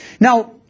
Now